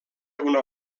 una